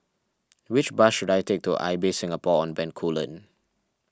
which bus should I take to Ibis Singapore on Bencoolen